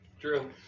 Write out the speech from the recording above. True